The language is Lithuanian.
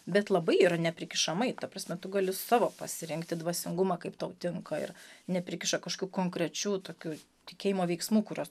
bet labai yra neprikišamai ta prasme tu gali savo pasirinkti dvasingumą kaip tau tinka ir neprikiša kažkokių konkrečių tokių tikėjimo veiksmų kuriuos